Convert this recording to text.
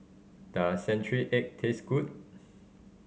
does century egg taste good